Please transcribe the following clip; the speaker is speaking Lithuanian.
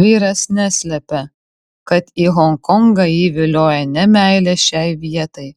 vyras neslepia kad į honkongą jį vilioja ne meilė šiai vietai